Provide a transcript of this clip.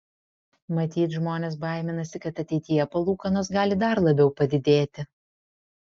matyt žmonės baiminasi kad ateityje palūkanos gali dar labiau padidėti